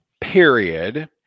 period